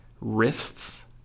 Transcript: rifts